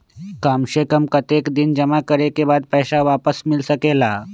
काम से कम कतेक दिन जमा करें के बाद पैसा वापस मिल सकेला?